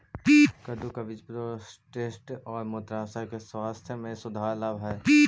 कद्दू का बीज प्रोस्टेट और मूत्राशय के स्वास्थ्य में सुधार लाव हई